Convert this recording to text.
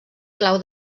clau